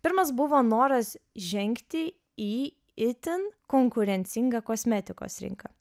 pirmas buvo noras žengti į itin konkurencingą kosmetikos rinką